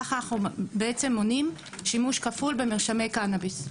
ככה אנחנו בעצם מונעים שימוש כפול במרשמי קנביס.